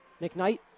McKnight